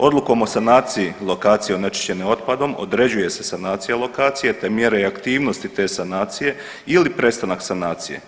Odlukom o sanaciji lokacija onečišćenih otpadom određuje se sanacija lokacije te mjere i aktivnosti te sanacije ili prestanak sanacije.